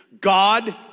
God